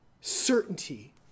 certainty